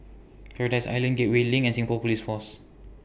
Paradise Island Gateway LINK and Singapore Police Force